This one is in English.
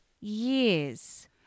years